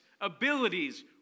abilities